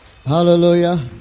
Hallelujah